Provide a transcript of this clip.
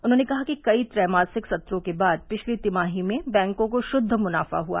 उन्होंने कहा कि कई त्रैमासिक सत्रों के बाद पिछली तिमाही में बैंकों को शुद्द मुनाफा हुआ